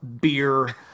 beer